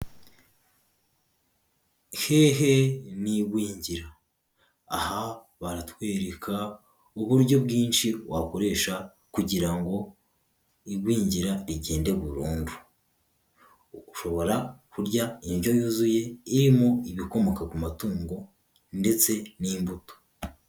Hehe n'igwingira aha baratwereka uburyo bwinshi wakoresha kugira ngo igwingira rigende burundu, ushoborabo kurya indyo yuzuye irimo ibikomoka ku matungo ndetse n'imbuto.